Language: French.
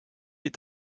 est